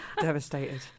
Devastated